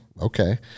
okay